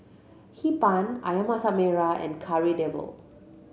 Hee Pan Ayam Mmasak Merah and Kari Debal